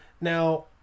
Now